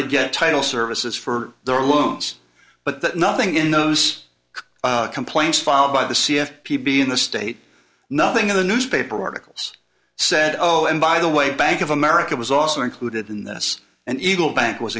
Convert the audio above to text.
to get title services for their loans but that nothing in those complaints filed by the c f p be in the state nothing in the newspaper articles said oh and by the way bank of america was also included in this and eagle bank was